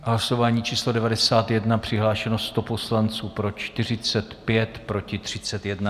Hlasování číslo 91, přihlášeno 100 poslanců, pro 45, proti 31.